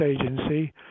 Agency